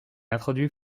introduit